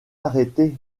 arrêté